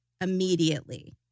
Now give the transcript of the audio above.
immediately